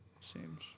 seems